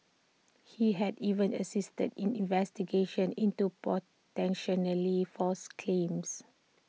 he had even assisted in investigations into false claims